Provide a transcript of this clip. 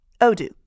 Odoo